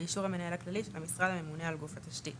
באישור המנהל הכללי של המשרד הממונה על גוף התשתית.